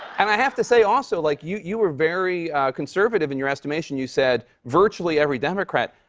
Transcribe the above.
and i have to say, also, like, you you were very conservative in your estimation. you said virtually every democrat.